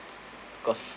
cause